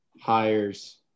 hires